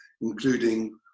including